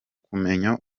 kumenya